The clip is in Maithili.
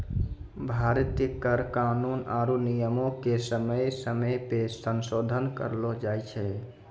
भारतीय कर कानून आरु नियमो के समय समय पे संसोधन करलो जाय छै